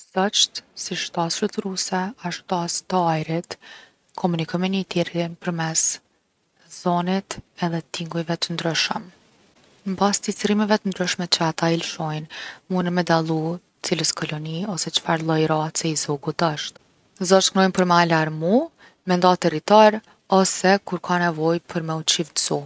Zogjt si shtaz fluturuse, a shtaz t’ajrit, komunojn’ me njoni tjetrin përmes zonit edhe tingujve t’ndryshëm. N’baz’ t’cicërrimeve t’ndryshme që ata I lshojn’ munen me dallu t’cilës koloni ose çfarë lloj race i zogut osht. Zogjt knojn’ për me alarmu, me nda territor ose kur ka nevojë për me u çiftzu.